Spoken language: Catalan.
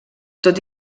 tot